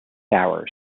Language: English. hours